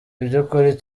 iby’ukuri